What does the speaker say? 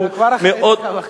אתה כבר אחרי דקה וחצי.